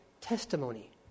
testimony